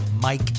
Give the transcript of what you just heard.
Mike